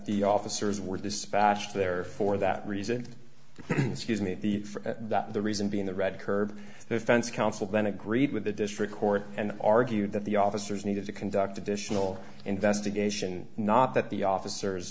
the officers were dispatched there for that reason scuse me the that the reason being the red curb the fence counsel then agreed with the district court and argued that the officers needed to conduct additional investigation not that the officers